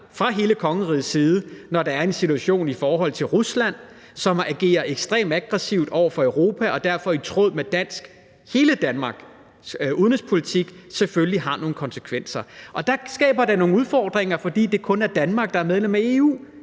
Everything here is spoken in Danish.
fra hele kongerigets side. For når der er en situation i forhold til Rusland, som har ageret ekstremt aggressivt over for Europa, så er det derfor i tråd med hele Danmarks udenrigspolitik, at det selvfølgelig har nogle konsekvenser, og der skaber det nogle udfordringer, fordi det kun er Danmark, der er medlem af EU.